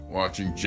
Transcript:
watching